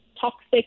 toxic